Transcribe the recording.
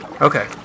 Okay